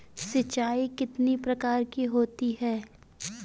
सिंचाई कितनी प्रकार की होती हैं?